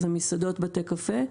זה מסעדות ובתי קפה,